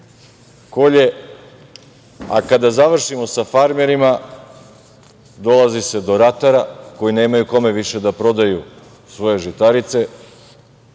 kolje, a kada završimo sa farmerima dolazi se do ratara koji nemaju kome više da prodaju svoje žitarice